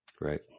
right